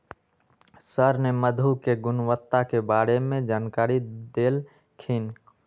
sir ने मधु के गुणवत्ता के बारे में जानकारी देल खिन